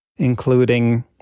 including